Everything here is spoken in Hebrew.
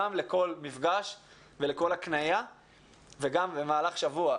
גם לכל מפגש ולכל הקנייה וגם למהלך שבוע.